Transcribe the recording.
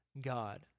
God